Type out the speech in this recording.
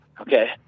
okay